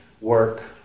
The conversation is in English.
work